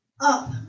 Up